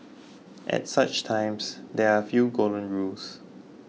at such times there are a few golden rules